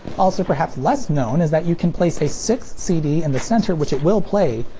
also perhaps less known is that you can place a sixth cd in the center which it will play,